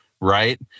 right